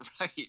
Right